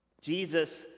Jesus